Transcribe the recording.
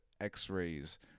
X-rays